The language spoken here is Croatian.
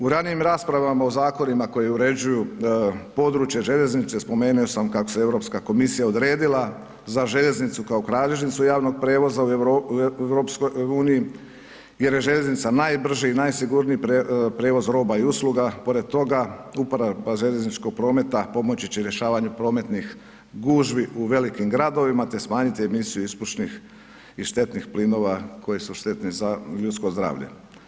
U radnijim raspravama u zakonima koji uređuju područje željeznice, spomenuo sam kako se Europska komisija odredila za željeznicu kao kralježnicu javnog prijevoza u EU jer je željeznica najbrži i najsigurniji prijevoz roba i usluga, pored toga uprava željezničkog prometa pomoći će i rješavanju prometnih gužvi u velikim gradovima, te smanjiti emisiju ispušnih i štetnih plinova koji su štetni za ljudsko zdravlje.